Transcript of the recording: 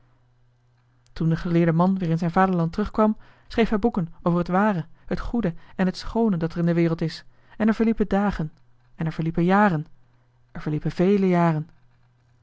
toen de geleerde man weer in zijn vaderland teruggekomen was schreef hij boeken over het ware het goede en het schoone dat er in de wereld is en er verliepen dagen en er verliepen jaren er verliepen vele jaren